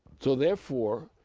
so therefore,